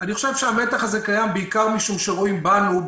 אני חושב שהמתח הזה קים בעיקר משום שרואים בנו,